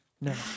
No